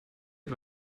hat